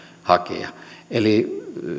hakea eli